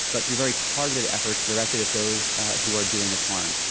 but through very targeted efforts directed at those who are doing us harm.